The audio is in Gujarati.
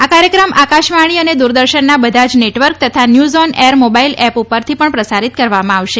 આ કાર્યક્રમ આકાશવાણી અને દૂરદર્શનનાં બધાં જ નેટવર્ક તથા ન્યુઝઓન એર મોબાઈલ એપ પરથી પણ પ્રસારિત કરવામાં આવશે